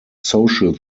social